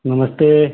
नमस्ते